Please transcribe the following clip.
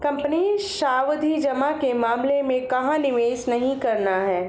Company सावधि जमा के मामले में कहाँ निवेश नहीं करना है?